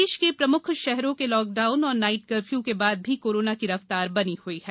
प्रदेश के प्रमुख शहरों में लॉककडाउन और नाइट कर्फ्यू के बाद भी कोरोना की रफ्तार बनी हुई है